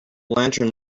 lantern